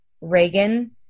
Reagan